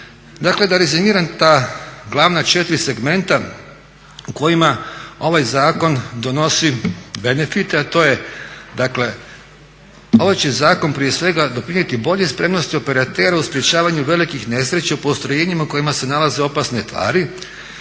Dakle da rezimiram ta glavna četiri segmenta u kojima ovaj zakon donosi benefite a to je, dakle ovaj će zakon prije svega doprinijeti boljoj spremnosti operatera u sprječavanju velikih nesreća u postrojenjima u kojima se nalaze opasne tvari.